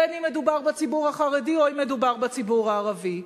בין אם מדובר בציבור החרדי או אם מדובר בציבור הערבי.